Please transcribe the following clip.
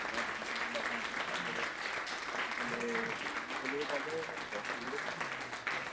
বজাৰত ঘূৰি ফুৰিবলৈ অকমান দিগদাৰ হ'ব গতিকেলৈ দোকানত গ'লেও পাব ঘৰত আহিলেও পাব